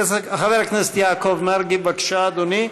חבר הכנסת יעקב מרגי, בבקשה, אדוני,